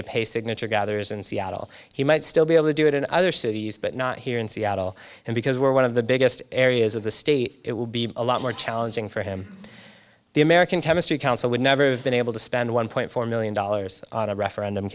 to pay signature gathers in seattle he might still be able to do it in other cities but not here in seattle and because we're one of the biggest areas of the state it will be a lot more challenging for him the american chemistry council would never have been able to spend one point four million dollars on a referendum